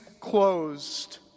Closed